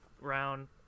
round